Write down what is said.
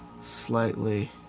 slightly